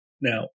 Now